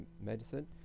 medicine